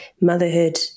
motherhood